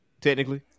technically